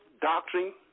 doctrine